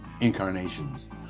incarnations